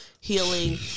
healing